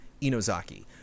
Inozaki